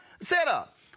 setup